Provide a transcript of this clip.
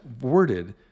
worded